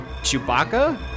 Chewbacca